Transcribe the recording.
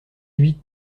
huit